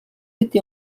été